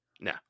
no